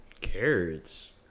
Carrots